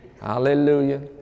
Hallelujah